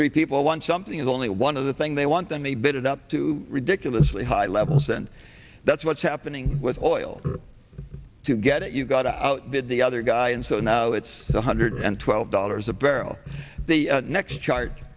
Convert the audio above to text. three people want something is only one of the thing they want and they bid it up to ridiculously high levels and that's what's happening with oil to get it you've got to outbid the other guy and so now it's one hundred and twelve dollars a barrel the next chart